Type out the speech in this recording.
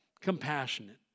compassionate